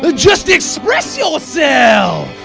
but just express yourself